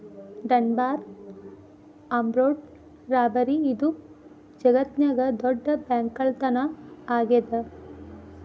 Dunbar armoured robbery ಇದು ಜಗತ್ನ್ಯಾಗ ದೊಡ್ಡ ಬ್ಯಾಂಕ್ಕಳ್ಳತನಾ ಆಗೇದ